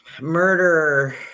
Murder